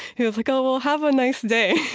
he was like, oh, well, have a nice day.